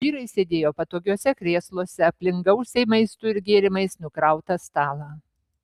vyrai sėdėjo patogiuose krėsluose aplink gausiai maistu ir gėrimais nukrautą stalą